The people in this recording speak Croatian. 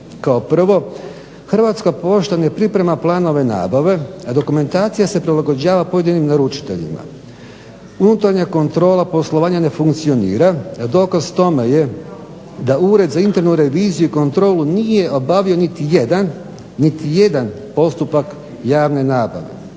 Kao prvo, Hrvatska pošta ne priprema planove nabave, a dokumentacija se prilagođava pojedinim naručiteljima. Unutarnja kontrola poslovanja ne funkcionira, dokaz tome je da Ured za internu reviziju i kontrolu nije obavio niti jedan postupak javne nabave.